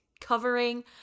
covering